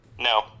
No